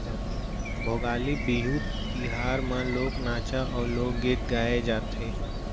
भोगाली बिहू तिहार म लोक नाचा अउ लोकगीत गाए जाथे